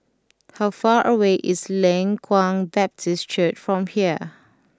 how far away is Leng Kwang Baptist Church from here